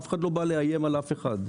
אף אחד לא בא לאיים על אף אחד.